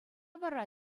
вара